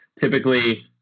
typically